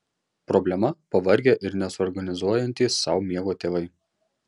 problema pavargę ir nesusiorganizuojantys sau miego tėvai